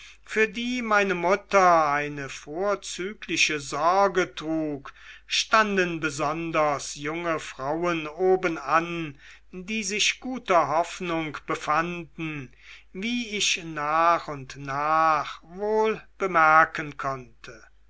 für die meine mutter eine vorzügliche sorge trug standen besonders junge frauen obenan die sich guter hoffnung befanden wie ich nach und nach wohl bemerken konnte